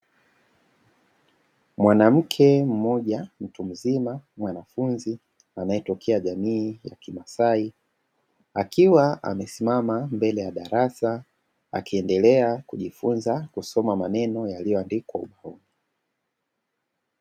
Mwanamke mmoja mtu mzima mwanafunzi anaetokea jamii ya kimasai akiwa amesimama mbele ya darasa, akiendelea kujifunza kusoma maneno yaliyoandikwa huko.